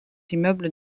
immeubles